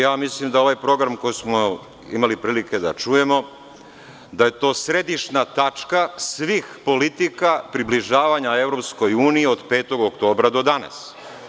Ja mislim da ovaj program koji smo imali prilike da čujemo, da je to središnja tačka svih politika približavanja EU od 5. oktobra do danas.